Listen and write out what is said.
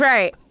Right